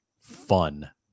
Fun